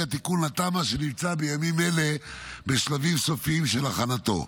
התיקון לתמ"א הנמצא בימים אלה בשלבים הסופיים של הכנתו.